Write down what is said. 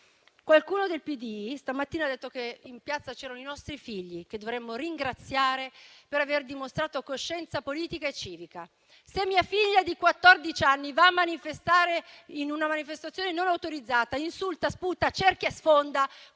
Qualcuno del PD stamattina ha detto che in piazza c'erano i nostri figli, che dovremmo ringraziare per aver dimostrato coscienza politica e civica. Se mia figlia di quattordici anni va a manifestare in una manifestazione non autorizzata, insulta, spunta, cerchia e sfonda,